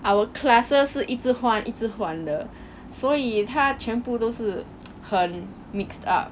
our classes 是一直换一直换的所以他全部都是很 mixed up